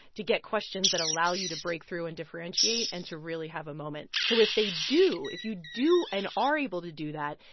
to get questions that allow you to break through and differentiate and to really have a moment. so if they do if you do and are able to do that,